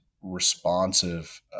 responsive